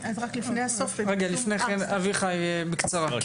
אביחי, בקצרה.